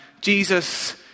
Jesus